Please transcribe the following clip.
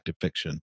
fiction